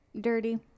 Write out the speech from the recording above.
Dirty